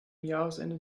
jahresende